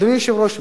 אדוני היושב-ראש,